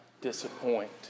disappoint